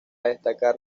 destacar